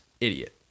idiot